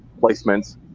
placements